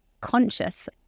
conscious